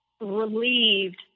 relieved